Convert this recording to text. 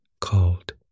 called